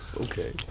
Okay